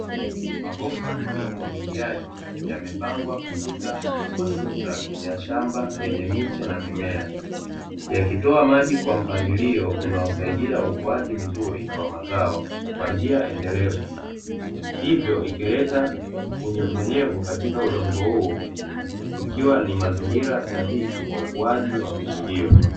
Mabomba ya umwagiliaji yamepangwa katika matuta ya shamba lenye miche na mimea, yakitoa maji kwa mpangilio unaosaidia ukuaji mzuri wa mazao kwa njia endelevu. Hivyo ikileta unyevu nyevu katika udongo huo ikiwa ni mazingira sahihi kwa ukuaji wa miche hiyo.